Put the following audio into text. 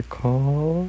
call